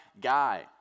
guy